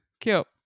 Cute